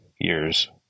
years